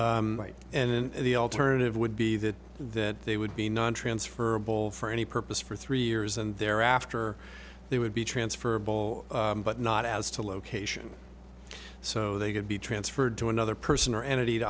d the alternative would be that that they would be nontransferable for any purpose for three years and thereafter they would be transferable but not as to location so they could be transferred to another person or entity to